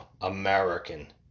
American